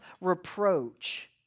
reproach